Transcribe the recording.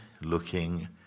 looking